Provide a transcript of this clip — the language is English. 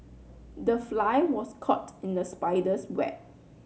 the fly was caught in the spider's web